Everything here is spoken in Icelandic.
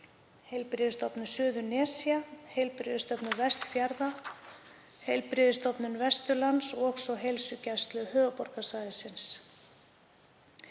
Heilbrigðisstofnun Suðurnesja, Heilbrigðisstofnun Vestfjarða, Heilbrigðisstofnun Vesturlands og svo Heilsugæslu höfuðborgarsvæðisins.